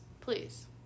please